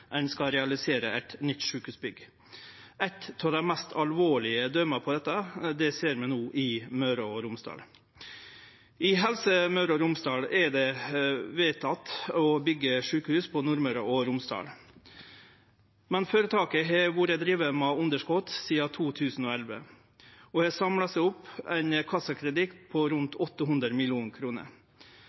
ein skal realisere eit nytt sjukehusbygg. Eit av dei mest alvorlege døma på dette ser vi no i Møre og Romsdal. I Helse Møre og Romsdal er det vedteke å byggje sjukehus på Nordmøre og Romsdal, men føretaket har vore drive med underskot sidan 2011 og har samla opp ein kassakreditt på rundt 800